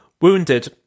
Wounded